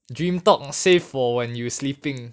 dream talk save for when you sleeping